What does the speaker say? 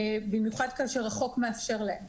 במיוחד כאשר החוק מאפשר להם.